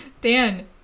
Dan